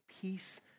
peace